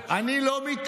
כלל אני,